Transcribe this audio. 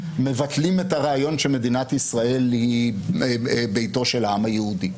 מבטלים את הרעיון שמדינת ישראל היא ביתו של העם היהודי.